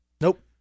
Nope